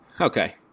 Okay